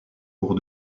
cours